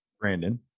brandon